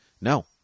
no